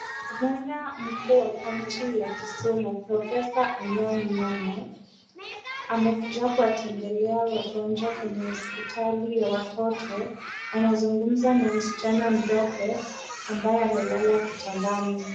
Mkuu wa kaunti ya Kisumu professor (cs)Anyang Nyong'o ,amekuja kuwatembelea wagonjwa kwenye hospitali ya watoto ,anazungumza na msichana mdogo ambaye amelala kitandani.